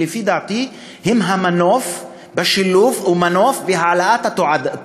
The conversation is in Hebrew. ולפי דעתי הם המנוף לשילוב ולהעלאת המודעות: